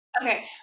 Okay